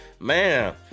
Man